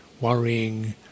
worrying